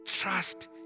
Trust